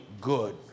good